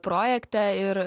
projekte ir